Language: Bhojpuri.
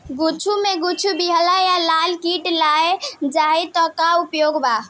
कद्दू मे कद्दू विहल या लाल कीट लग जाइ त का उपाय बा?